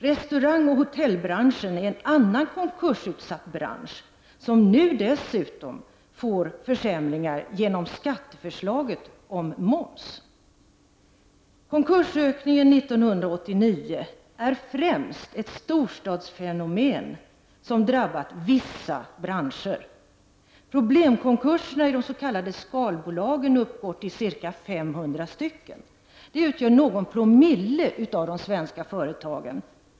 Restaurangoch hotellbranschen är en annan konkursutsatt bransch som nu dessutom kommer att få försämringar genom skatteförslaget om moms. Konkursökningen 1989 är främst ett storstadsfenomen som drabbat vissa branscher. Problemkonkurserna i de s.k. skalbolagen uppgår till ca 500 stycken. Dessa företag utgör någon promille av alla svenska företag.